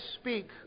speak